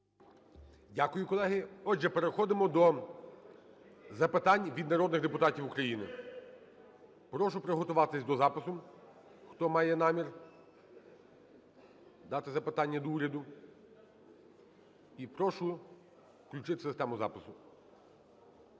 Дякую, колеги. Отже, переходимо до запитань від народних депутатів України. Прошу приготуватись до запису, хто має намір дати запитання до уряду. І прошу включити систему запису.